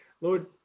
Lord